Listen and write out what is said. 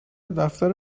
دفتر